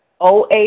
OA